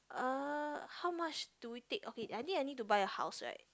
uh how much do we take okay I need I need to buy a house right